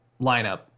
lineup